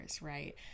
right